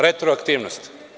Retroaktivnost.